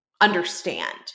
understand